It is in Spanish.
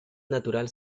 natural